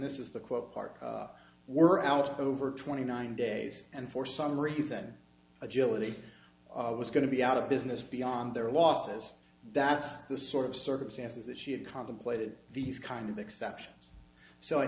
this is the quote part we're out over twenty nine days and for some reason agility was going to be out of business beyond their losses that's the sort of circumstances that she had contemplated these kind of exceptions so i